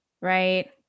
right